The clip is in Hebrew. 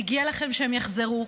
מגיע לכם שהם יחזרו.